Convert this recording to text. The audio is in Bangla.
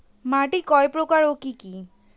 মাটি কয় প্রকার ও কি কি?